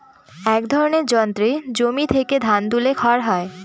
এক ধরনের যন্ত্রে জমি থেকে ধান তুলে খড় হয়